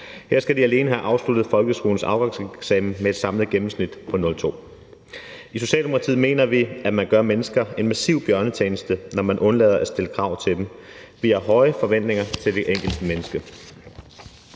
Her skal de alene have afsluttet folkeskolens afgangseksamen med et samlet gennemsnit på 02. I Socialdemokratiet mener vi, at man gør mennesker en massiv bjørnetjeneste, når man undlader at stille krav til dem. Vi har høje forventninger til det enkelte menneske.